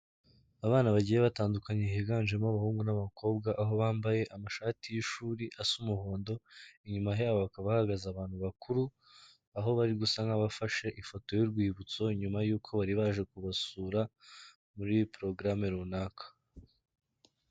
Abana bagiye batandukanye higanjemo abahungu n'abakobwa, aho bambaye amashati y'ishuri asa umuhondo, inyuma yabo bakaba hahagaze abantu bakuru, aho bari gusa nk'abafashe ifoto y'urwibutso, nyuma y'uko bari baje kubasura muri porogarame runaka.